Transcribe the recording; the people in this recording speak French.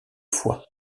fois